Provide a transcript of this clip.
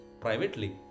privately